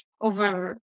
over